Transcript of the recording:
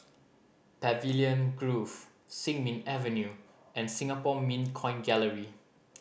Pavilion Grove Sin Ming Avenue and Singapore Mint Coin Gallery